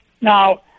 Now